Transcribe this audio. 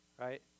right